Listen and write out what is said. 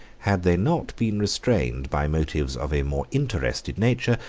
had they not been restrained by motives of a more interested nature,